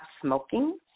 smoking